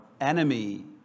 enemy